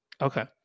Okay